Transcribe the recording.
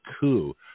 coup